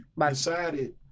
decided